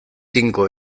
tinko